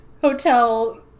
hotel